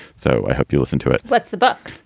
so i hope you listen to it. what's the book?